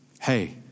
Hey